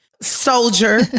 soldier